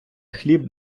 хліб